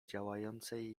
działającej